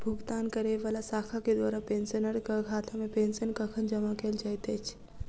भुगतान करै वला शाखा केँ द्वारा पेंशनरक खातामे पेंशन कखन जमा कैल जाइत अछि